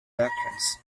electrons